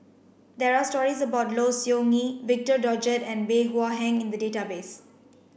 there are stories about Low Siew Nghee Victor Doggett and Bey Hua Heng in the database